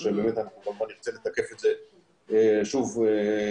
כך שבאמת אנחנו כמובן נרצה לתקף את זה שוב מולם